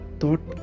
thought